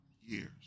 years